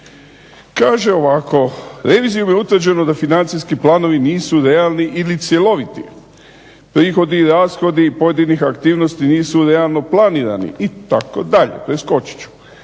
Kaže ovako "Revizijom je utvrđeno da financijski planovi nisu realni ili cjeloviti. Prihodi i rashodi pojedinih aktivnosti nisu realno planirani itd."